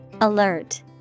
Alert